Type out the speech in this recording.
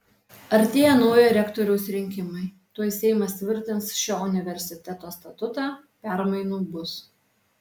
artėja naujo rektoriaus rinkimai tuoj seimas tvirtins šio universiteto statutą permainų bus